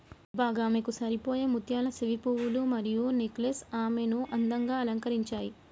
అబ్బ గామెకు సరిపోయే ముత్యాల సెవిపోగులు మరియు నెక్లెస్ ఆమెను అందంగా అలంకరించాయి